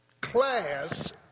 class